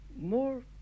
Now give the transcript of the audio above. More